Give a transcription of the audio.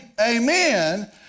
amen